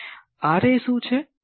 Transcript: Ra શું છે